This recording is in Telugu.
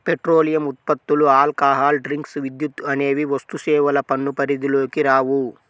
పెట్రోలియం ఉత్పత్తులు, ఆల్కహాల్ డ్రింక్స్, విద్యుత్ అనేవి వస్తుసేవల పన్ను పరిధిలోకి రావు